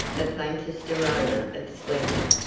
the faintest aroma of splendor.